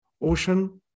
ocean